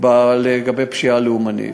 של פשיעה לאומנית.